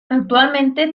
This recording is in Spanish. actualmente